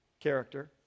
character